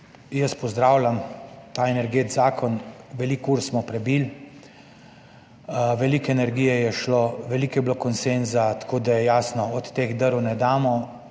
Pozdravljam ta energetski zakon, veliko ur smo prebili, veliko energije je šlo, veliko je bilo konsenza, tako da je jasno, od teh drv ne damo.